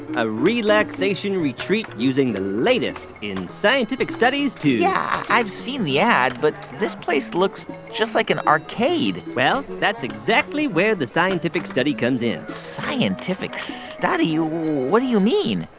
a relaxation retreat using the latest in scientific studies to. yeah, i've seen the ad. but this place looks just like an arcade well, that's exactly where the scientific study comes in scientific study what do you mean?